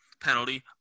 Penalty